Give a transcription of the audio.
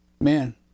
Man